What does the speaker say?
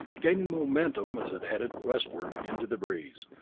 gaining momentum as it headed westward into the breeze.